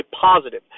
positive